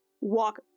walk